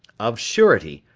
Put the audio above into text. of surety,